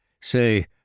Say